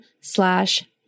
slash